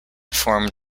formed